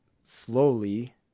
slowly